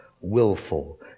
willful